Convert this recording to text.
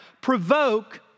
provoke